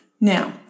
Now